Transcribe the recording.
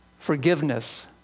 Forgiveness